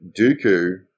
Dooku